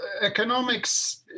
economics